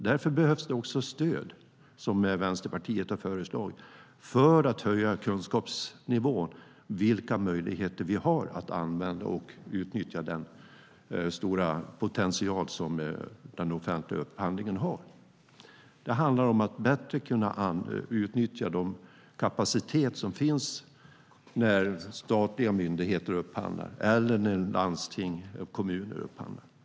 Därför behövs det också stöd, som Vänsterpartiet har föreslagit, för att höja kunskapsnivån om vilka möjligheter vi har att använda och utnyttja den stora potential som den offentliga upphandlingen har. Det handlar om att bättre kunna utnyttja den kapacitet som finns när statliga myndigheter upphandlar eller när landsting och kommuner upphandlar.